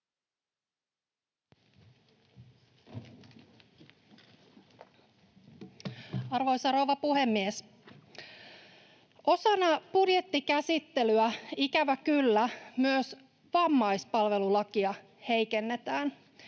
Arvoisa rouva puhemies! Osana budjettikäsittelyä, ikävä kyllä, myös vammaispalvelulakia heikennetään.